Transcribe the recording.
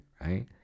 right